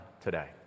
today